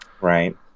Right